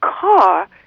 car